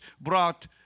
brought